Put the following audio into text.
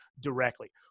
directly